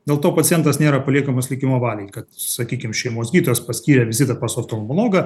dėl to pacientas nėra paliekamas likimo valiai kad sakykim šeimos gydytojas paskyrė vizitą pas oftolmologą